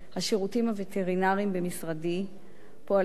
השירותים הווטרינריים במשרדי פועלים